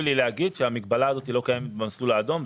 רק חשוב לי להגיד שהמגבלה הזאת לא קיימת במסלול האדום.